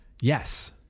Yes